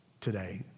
today